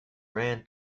ran